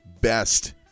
best